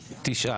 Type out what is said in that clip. תשעה.